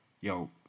yo